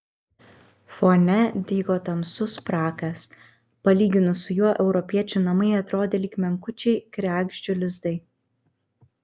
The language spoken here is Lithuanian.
fone dygo tamsus prakas palyginus su juo europiečių namai atrodė lyg menkučiai kregždžių lizdai